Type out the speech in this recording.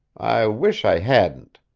i wish i hadn't.